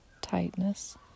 tightness